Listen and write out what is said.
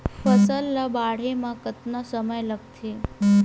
फसल ला बाढ़े मा कतना समय लगथे?